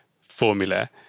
formula